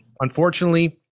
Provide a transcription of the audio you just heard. unfortunately